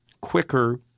quicker